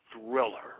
Thriller